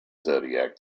zodiac